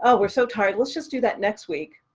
ah we're so tired, let's just do that next week.